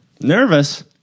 nervous